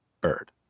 bird